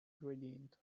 gradient